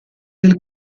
del